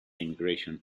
immigration